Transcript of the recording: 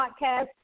podcast